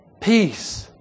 Peace